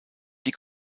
die